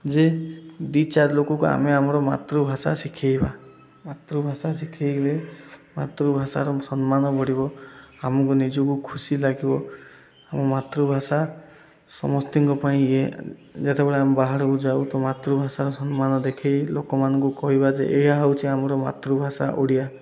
ଯେ ଦୁଇ ଚାରି ଲୋକକୁ ଆମେ ଆମର ମାତୃଭାଷା ଶିଖାଇବା ମାତୃଭାଷା ଶିଖାଇଲେ ମାତୃଭାଷାର ସମ୍ମାନ ବଢ଼ିବ ଆମକୁ ନିଜକୁ ଖୁସି ଲାଗିବ ଆମ ମାତୃଭାଷା ସମସ୍ତିଙ୍କ ପାଇଁ ଇଏ ଯେତେବେଳେ ଆମେ ବାହାରକୁ ଯାଉ ତ ମାତୃଭାଷାର ସମ୍ମାନ ଦେଖାଇ ଲୋକମାନଙ୍କୁ କହିବା ଯେ ଏହା ହେଉଛି ଆମର ମାତୃଭାଷା ଓଡ଼ିଆ